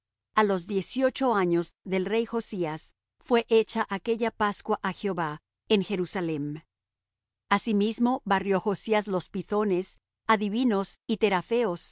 a los diez y ocho años del rey josías fué hecha aquella pascua á jehová en jerusalem asimismo barrió josías los pythones adivinos y